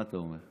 מה אתה אומר?